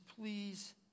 please